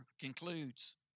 concludes